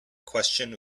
question